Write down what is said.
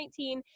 2019